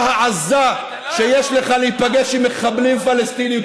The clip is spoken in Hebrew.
העזה שיש לך להיפגש עם מחבלים פלסטינים,